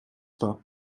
pas